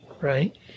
Right